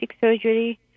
surgery